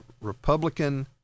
Republican